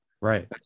Right